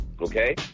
Okay